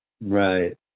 Right